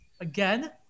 again